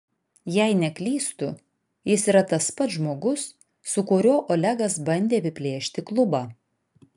jei neklystu jis yra tas pats žmogus su kuriuo olegas bandė apiplėšti klubą